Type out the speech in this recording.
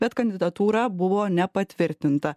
bet kandidatūra buvo nepatvirtinta